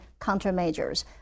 countermeasures